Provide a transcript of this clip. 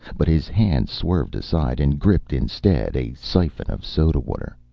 but his hand swerved aside and gripped, instead, a siphon of soda water.